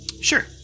Sure